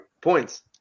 points